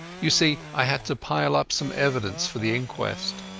you see i had to pile up some evidence for the inquest.